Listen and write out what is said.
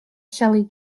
shelley